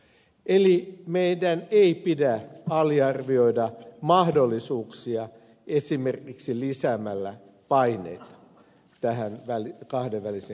eli meidän ei pidä aliarvioida mahdollisuuksia esimerkiksi lisäämällä paineita kahdenvälisiin suhteisiin